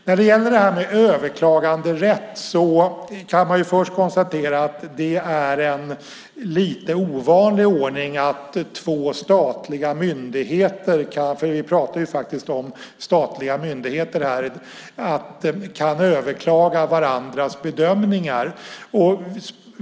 När det gäller frågan om överklaganderätt kan man först konstatera att det är en lite ovanlig ordning att två statliga myndigheter - vi pratar ju faktiskt om statliga myndigheter här - kan överklaga varandras bedömningar.